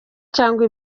cyangwa